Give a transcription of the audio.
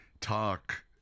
talk